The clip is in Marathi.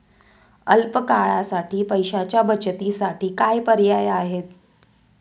अल्प काळासाठी पैशाच्या बचतीसाठी काय पर्याय आहेत?